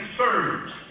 serves